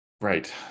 right